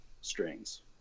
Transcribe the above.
strings